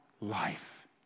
life